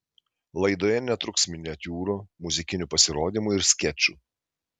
laidoje netruks miniatiūrų muzikinių pasirodymų ir skečų